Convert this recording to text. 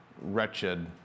wretched